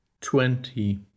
twenty